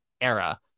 era